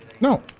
No